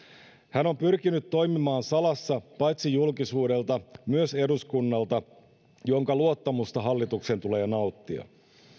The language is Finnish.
hän on pyrkinyt toimimaan salassa paitsi julkisuudelta myös eduskunnalta jonka luottamusta hallituksen tulee nauttia